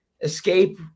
Escape